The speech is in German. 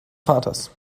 vaters